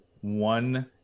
one